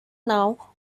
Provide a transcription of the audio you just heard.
now